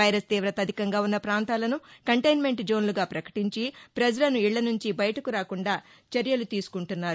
virus తీవత అధికంగా ఉన్న ప్రాంతాలను కంటెన్మెంట్ జోన్లగా ప్రకటించి ప్రజలను ఇళ్లనుంచి బయటకురాకుండా చర్యలు తీసుకుంటున్నారు